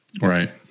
Right